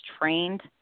trained